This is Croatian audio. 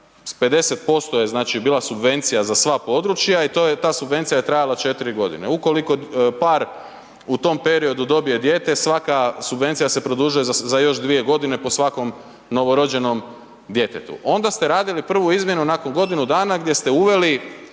50% je znači bila subvencija za sva područja i ta subvencija je trajala 4 g. Ukoliko par u tom periodu dobije dijete, svaka subvencija se produžuje za još 2 g. po svakom novorođenom djetetu. Onda ste radili prvu izmjenu nakon godine godinama gdje ste uveli